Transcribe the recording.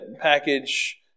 package